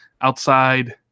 outside